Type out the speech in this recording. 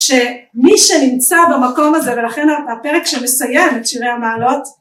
שמי שנמצא במקום הזה ולכן הפרק שמסיים את שירי המעלות